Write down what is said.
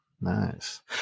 nice